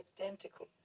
identical